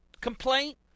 complaint